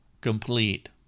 complete